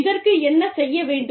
இதற்கு என்ன செய்ய வேண்டும்